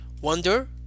Wonder